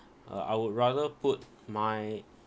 uh I would rather put my